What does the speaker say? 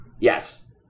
Yes